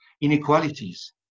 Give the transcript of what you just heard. Inequalities